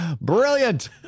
Brilliant